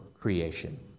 creation